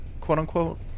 quote-unquote